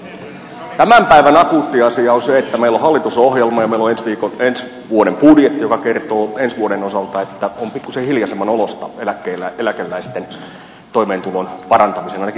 tämän päivän akuutti asia on se että meillä on hallitusohjelma ja meillä on ensi vuoden budjetti joka kertoo ensi vuoden osalta että on pikkuisen hiljaisemman oloista eläkeläisten toimeentulon parantamisen ainakin tasokorotusten osalta